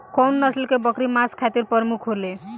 कउन नस्ल के बकरी मांस खातिर प्रमुख होले?